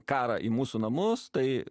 karą į mūsų namus tai